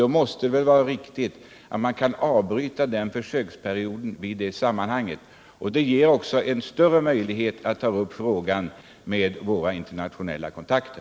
Då måste det vara riktigt att man kan bryta försöksperioden. Det ger också större möjlighet att ta upp frågan med våra internationella kontakter.